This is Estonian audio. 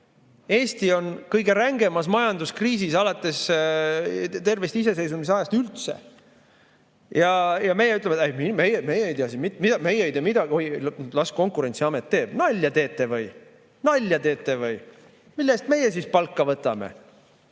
Eesti on kõige rängemas majanduskriisis alates tervest iseseisvuse ajast üldse. Meie ütleme, et meie ei tea midagi, las Konkurentsiamet teeb. Nalja teete või? Mille eest meie siis palka võtame?